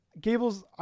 Gables